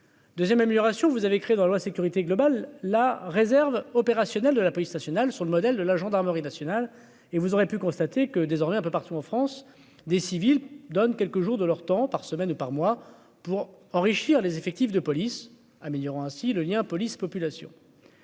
2ème amélioration vous avez créée dans loi sécurité globale la réserve opérationnelle de la police nationale sur le modèle de la gendarmerie nationale et vous aurez pu constater que désormais un peu partout en France des civils donne quelques jours de leur temps par semaine par mois pour enrichir les effectifs de police, améliorant ainsi le lien police population.